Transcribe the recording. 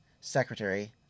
secretary